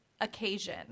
occasion